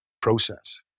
process